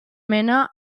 mena